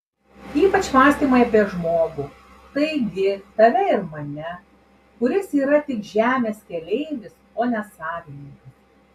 ypač mąstymai apie žmogų taigi tave ir mane kuris yra tik žemės keleivis o ne savininkas